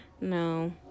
No